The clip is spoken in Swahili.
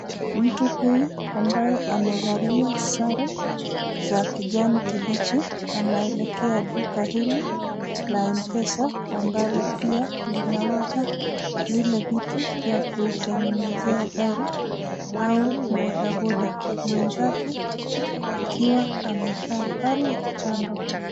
Mtu huyu ambaye amevalia sare za kijani kibichi anaelekea duka hili la M-pesa ambalo pia linauza vile vitu ya kutengenezea gari au bodaboda. Mwenzake akiwa amekaa pale kando.